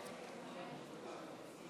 (חברי הכנסת מכבדים בקימה את זכרו של